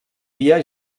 dia